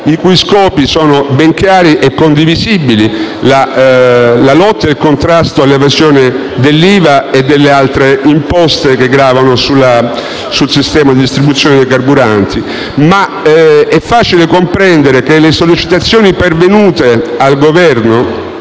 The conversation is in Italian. i cui scopi sono ben chiari e condivisibili e sono: la lotta e il contrasto all'evasione dell'IVA e delle altre imposte che gravano sul sistema di distribuzione dei carburanti. È facile comprendere che le sollecitazioni pervenute al Governo